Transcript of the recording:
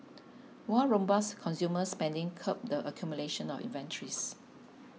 while robust consumer spending curbed the accumulation of inventories